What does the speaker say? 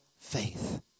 faith